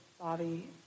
Bobby